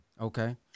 Okay